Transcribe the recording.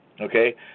Okay